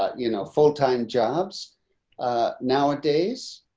ah you know, full time jobs nowadays,